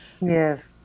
Yes